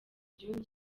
igihugu